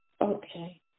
Okay